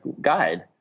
guide